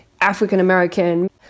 African-American